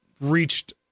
reached